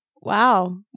Wow